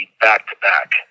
back-to-back